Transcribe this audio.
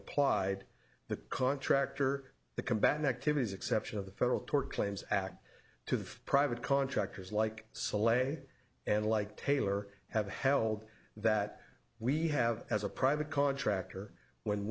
applied the contractor the combatant activities exception of the federal tort claims act to private contractors like celeb and like taylor have held that we have as a private contractor when